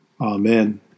Amen